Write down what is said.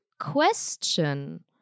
question